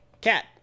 cat